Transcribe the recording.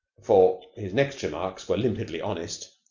for his next remarks were limpidly honest.